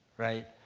right?